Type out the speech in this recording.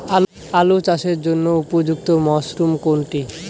আলু চাষের জন্য উপযুক্ত মরশুম কোনটি?